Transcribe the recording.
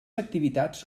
activitats